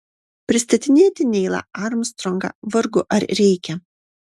pristatinėti neilą armstrongą vargu ar reikia